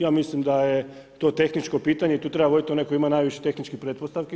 Ja mislim da je to tehničko pitanje i tu treba voditi onaj koji ima najviše tehničkih pretpostavki.